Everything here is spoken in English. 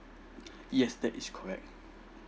yes that is correct